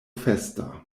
festa